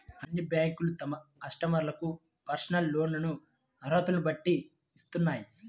అన్ని బ్యేంకులూ తమ కస్టమర్లకు పర్సనల్ లోన్లను అర్హతలను బట్టి ఇత్తన్నాయి